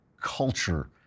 culture